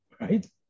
right